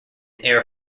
air